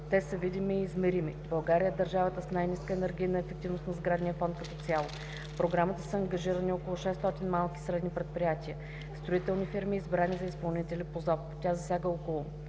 Те са видими и измерими. България е държавата с най-ниска енергийна ефективност на сградния фонд като цяло. В програмата са ангажирани около 600 малки и средни предприятия – строителни фирми, избрани за изпълнители по ЗОП; тя засяга около